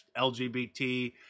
LGBT